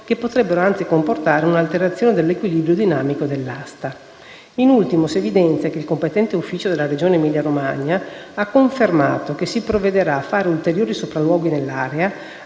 che potrebbero anzi comportare un'alterazione dell'equilibrio dinamico dell'asta. In ultimo, si evidenza che il competente ufficio della Regione Emilia-Romagna ha confermato che si provvederà a fare ulteriori sopralluoghi nell'area,